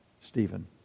Stephen